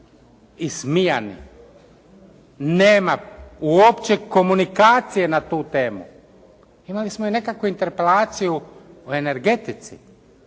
Ismijani, nema uopće komunikacije na tu temu. Imali smo i nekakvu interpelaciju o energetici